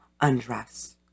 undress